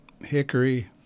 hickory